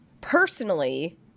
personally